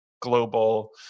global